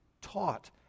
taught